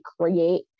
create